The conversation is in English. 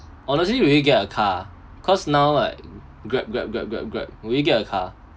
honestly maybe get a car cause now like grab grab grab grab grab maybe get a car